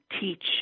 teach